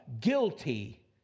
guilty